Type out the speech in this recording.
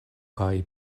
kaj